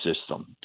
system